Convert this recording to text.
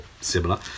similar